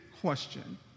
question